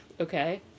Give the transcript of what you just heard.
okay